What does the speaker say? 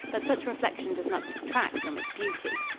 but such reflection does not detract from its beauty.